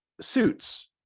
suits